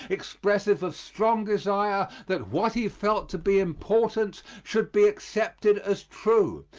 expressive of strong desire that what he felt to be important should be accepted as true,